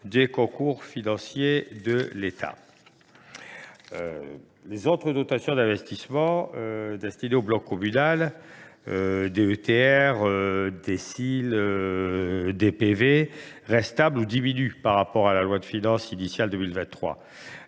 des concours financiers de l’État. Les autres dotations d’investissement destinées au bloc communal, c’est à dire la DETR, la DSIL et la DPV, restent stables ou diminuent par rapport à la loi de finances initiale pour